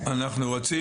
נורית.